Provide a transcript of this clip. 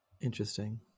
interesting